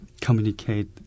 communicate